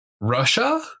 Russia